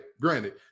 granted